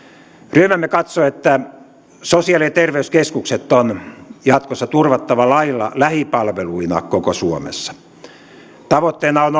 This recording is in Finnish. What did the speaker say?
ryhmämme katsoo että sosiaali ja terveyskeskukset on jatkossa turvattava lailla lähipalveluina koko suomessa tavoitteena on